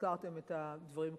הזכרתם את הדברים כאן,